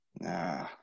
nah